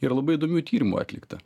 yra labai įdomių tyrimų atlikta